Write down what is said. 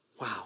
Wow